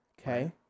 Okay